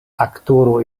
aktoro